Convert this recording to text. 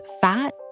fat